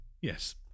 Yes